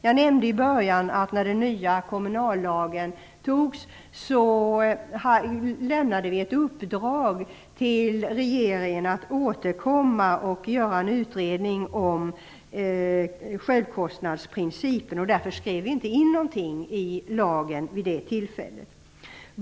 Jag nämnde i början att vi, när den nya kommunallagen antogs, lämnade ett uppdrag till regeringen. Man skulle göra en utredning om självkostnadsprincipen och sedan återkomma. Därför skrevs det inte in någonting i lagen vid det tillfället.